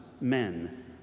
men